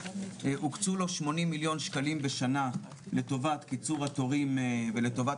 הוקצו לו 80 מיליון שקלים בשנה לטובת קיצור התורים ולטובת